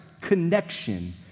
connection